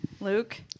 Luke